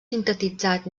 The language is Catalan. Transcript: sintetitzat